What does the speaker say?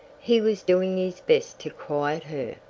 he was doing his best to quiet her,